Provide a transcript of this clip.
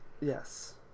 Yes